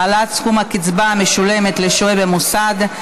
העלאת סכום הקצבה המשולמת לשוהה במוסד),